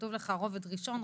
כתוב לך - רובד ראשון,